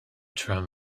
tram